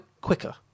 quicker